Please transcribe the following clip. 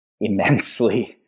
immensely